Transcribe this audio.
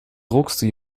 druckste